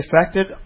affected